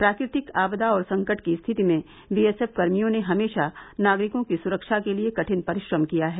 प्राकृतिक आपदा और संकट की स्थिति में बी एस एफ कर्मियों ने हमेशा नागरिकों की सुरक्षा के लिए कठिन परिश्रम किया है